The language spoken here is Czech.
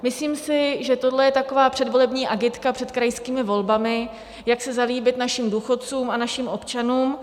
Myslím si, že tohle je taková předvolební agitka před krajskými volbami, jak se zalíbit našim důchodcům a našim občanům.